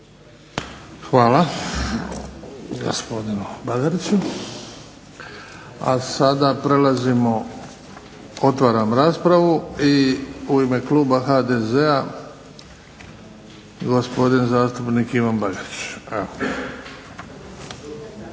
Hvala. A sada prelazimo, otvaram raspravu i u ime Kluba HDZ-a gospodin zastupnik Ivan Bagarić.